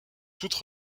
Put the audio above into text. toutes